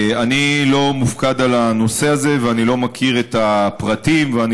אני לא מופקד על הנושא הזה ואני לא מכיר את הפרטים ואני